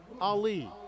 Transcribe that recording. ali